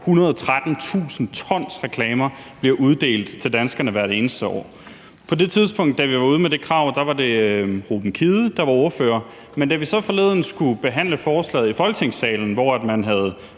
113.000 t reklamer bliver uddelt til danskerne hvert eneste år. På det tidspunkt, da vi var ude med det krav, var det Ruben Kidde, der var ordfører, men da vi så forleden skulle behandle forslaget i Folketingssalen, hvor man havde